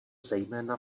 zejména